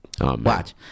watch